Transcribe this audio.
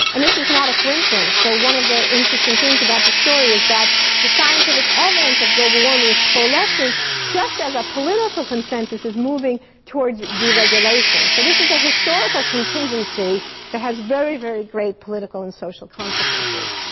and this is not a coincidence, so one of the interesting things about this story is that the scientific evidence of global warming is coalescing just as a political consensus is moving towards deregulation. so this is a historical contingency that has very, very great political and social consequences.